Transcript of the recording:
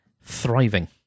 thriving